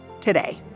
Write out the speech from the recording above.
today